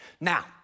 Now